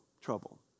trouble